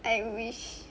I wish